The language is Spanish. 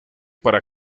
para